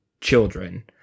Children